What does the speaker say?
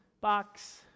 box